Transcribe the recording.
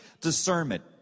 discernment